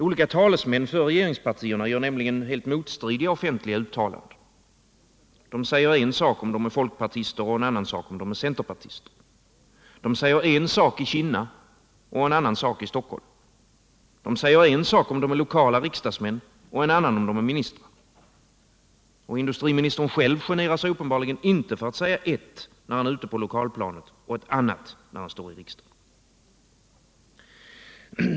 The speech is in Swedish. Olika talesmän för regeringspartierna gör nämligen helt motstridiga offentliga uttalanden. De säger en sak om de är folkpartister, en annan sak om de är centerpartister. De säger en sak i Kinna, en annan sak i Stockholm. De säger en sak om de är lokala riksdagsmän, en annan sak om de är ministrar. Och industriministern själv generar sig uppenbarligen inte för att säga ett när han är ute på lokalplanet och ett annat när han står i riksdagen.